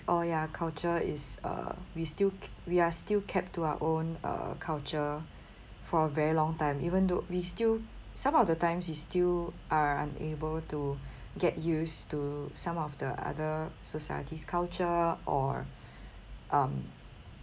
oh ya culture is uh we still we are still kept to our own uh culture for a very long time even though we still some of the times we still are unable to get used to some of the other societies culture or um